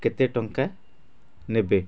କେତେ ଟଙ୍କା ନେବେ